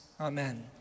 Amen